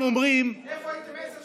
איפה הייתם עשר שנים?